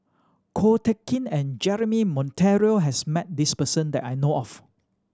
Ko Teck Kin and Jeremy Monteiro has met this person that I know of